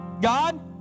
God